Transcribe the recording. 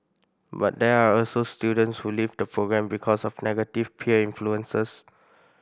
but there are also students who leave the programme because of negative peer influences